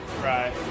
Right